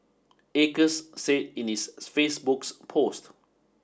Acres said in its Facebook's post